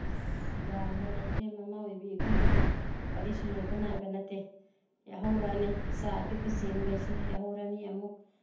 ꯑꯁ ꯌꯥꯝꯅ ꯂꯩꯈ꯭ꯔꯦ ꯃꯃꯥ ꯑꯣꯏꯕꯤ ꯑꯩꯈꯣꯏꯒꯤꯗꯤ ꯋꯥꯔꯤꯁꯤ ꯂꯣꯕ ꯅꯥꯏ ꯅꯠꯇꯦ ꯌꯥꯍꯧꯔꯛꯑꯅꯤ ꯏꯆꯥ ꯑꯄꯤꯛꯄ ꯆꯦꯟꯕ ꯍꯥꯏꯁꯦ ꯌꯥꯍꯧꯔꯛꯑꯅꯤ ꯑꯃꯨꯛ